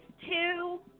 two